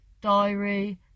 Diary